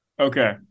Okay